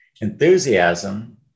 Enthusiasm